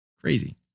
crazy